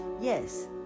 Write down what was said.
yes